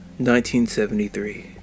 1973